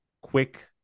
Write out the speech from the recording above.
quick